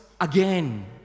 again